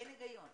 אין היגיון,